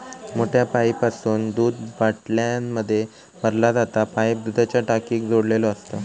मोठ्या पाईपासून दूध बाटल्यांमध्ये भरला जाता पाईप दुधाच्या टाकीक जोडलेलो असता